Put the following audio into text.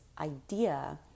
idea